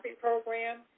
program